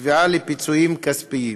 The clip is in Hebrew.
תביעה לפיצויים כספיים.